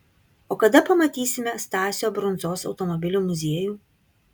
o kada pamatysime stasio brundzos automobilių muziejų